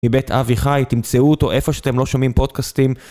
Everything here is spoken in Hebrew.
מבית אבי חי, תמצאו אותו איפה שאתם לא שומעים פודקסטים.